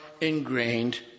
ingrained